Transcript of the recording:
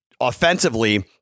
offensively